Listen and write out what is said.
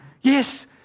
yes